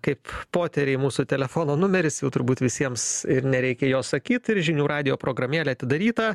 kaip poteriai mūsų telefono numeris jau turbūt visiems ir nereikia jo sakyt ir žinių radijo programėlė atidaryta